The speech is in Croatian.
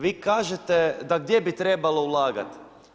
Vi kažete da gdje bi trebalo ulagati.